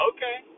Okay